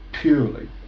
purely